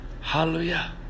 Hallelujah